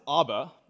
Abba